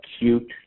acute